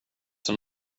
som